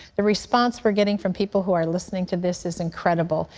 the response we're getting from people who are listening to this is incredible.